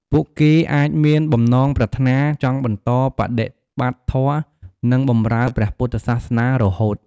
ពួកគេអាចមានបំណងប្រាថ្នាចង់បន្តបដិបត្តិធម៌ និងបម្រើព្រះពុទ្ធសាសនារហូត។